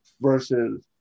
versus